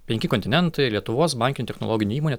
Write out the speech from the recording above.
penki kontinentai lietuvos bankinių technologinių įmonė